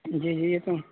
جی جی یہ تو